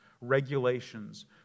regulations